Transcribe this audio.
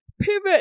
Pivot